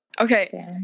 okay